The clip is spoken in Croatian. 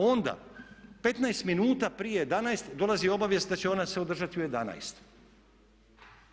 Onda 15 minuta prije 11,00 dolazi obavijest da će ona se održati u 11,00.